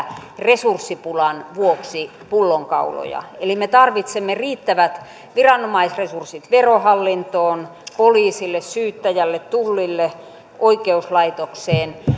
resurssipulan vuoksi pullonkauloja eli me tarvitsemme riittävät viranomaisresurssit verohallintoon poliisille syyttäjälle tullille oikeuslaitokseen